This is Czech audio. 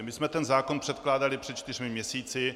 My jsme zákon předkládali před čtyřmi měsíci.